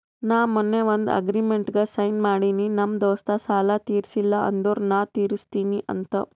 ನಾ ಮೊನ್ನೆ ಒಂದ್ ಅಗ್ರಿಮೆಂಟ್ಗ್ ಸೈನ್ ಮಾಡಿನಿ ನಮ್ ದೋಸ್ತ ಸಾಲಾ ತೀರ್ಸಿಲ್ಲ ಅಂದುರ್ ನಾ ತಿರುಸ್ತಿನಿ ಅಂತ್